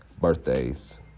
birthdays